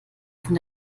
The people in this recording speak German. von